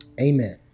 amen